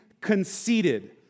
conceited